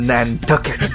Nantucket